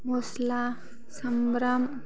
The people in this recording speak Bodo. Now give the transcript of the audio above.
मस्ला सामब्राम